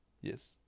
Yes